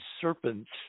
serpents